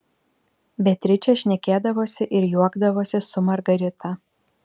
beatričė šnekėdavosi ir juokdavosi su margarita